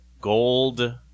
gold